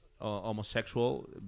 homosexual